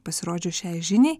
pasirodžius šiai žiniai